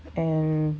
and